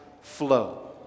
flow